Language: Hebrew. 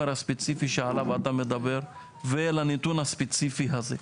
הספציפי שעליו אתה מדבר ולנתון הספציפי הזה,